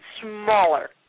smaller